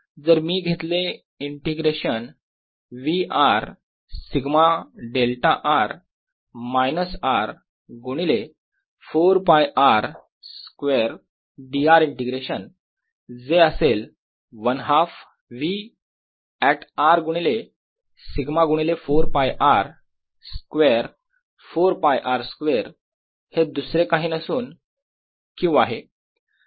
जर मी घेतले integration V r sigma delta r minus R गुणिले 4 ㄫ r स्क्वेअर dr इंटिग्रेशन जे असेल 1 हाफ V ऍट R गुणिले सिग्मा गुणिले 4 ㄫ R स्क्वेअर 4 ㄫ R स्क्वेअर हे दुसरे काही नसून Q आहे